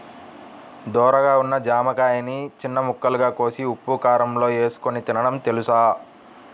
ధోరగా ఉన్న జామకాయని చిన్న ముక్కలుగా కోసి ఉప్పుకారంలో ఏసుకొని తినడం తెలుసా?